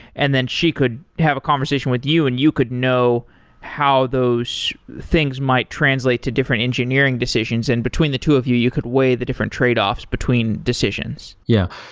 and then she could have a conversation with you and you could know how those things might translate to different engineering decisions. and between the two of you, you could weigh the different trade-offs between decisions yeah.